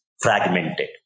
fragmented